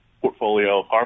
portfolio